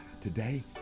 today